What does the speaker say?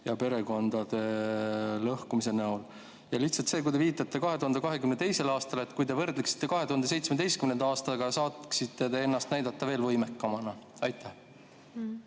ja perekondade lõhkumise näol? Ja lihtsalt see, et te viitate 2022. aastale, aga kui te võrdleksite 2017. aastaga, siis saaksite te ennast näidata veel võimekamana. Aitäh,